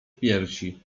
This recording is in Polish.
piersi